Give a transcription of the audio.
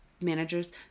managers